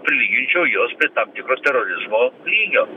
prilyginčiau juos prie tam tikros terorizmo lygio